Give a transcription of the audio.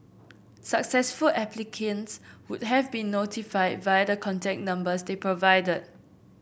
successful applicants would have been notified via the contact numbers they provided